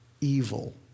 evil